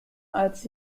als